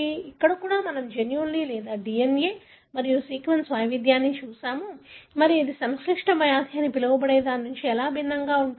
అక్కడ కూడా మనము జన్యువులు లేదా DNA మరియు సీక్వెన్స్ వైవిధ్యాన్ని చూశాము మరియు ఇది సంక్లిష్ట వ్యాధి అని పిలవబడే దాని నుండి ఎలా భిన్నంగా ఉంటుంది